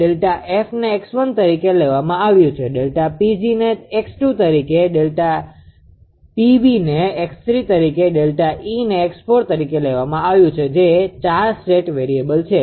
Δ𝑓ને 𝑥1 તરીકે લેવામાં આવ્યું છે ΔPg ને 𝑥2 તરીકે ΔPv ને 𝑥3 તરીકે અને ΔEને 𝑥4 તરીકે લેવામાં આવ્યું છે જે 4 સ્ટેટ વેરીએબલ છે